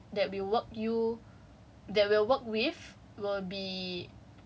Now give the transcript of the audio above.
I cannot cause then um the organisation that we will that will work you